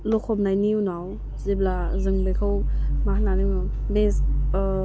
लखबनायनि उनाव जेब्ला जों बेखौ मा होननानै बुङो मेस